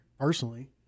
Personally